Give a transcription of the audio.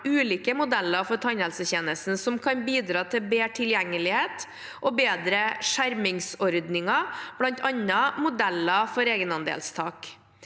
ulike modeller for tannhelsetjenesten som kan bidra til bedre tilgjengelighet og bedre skjermingsordninger, bl.a. modeller for egenandelstak.